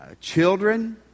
children